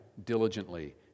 Diligently